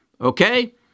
Okay